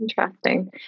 Interesting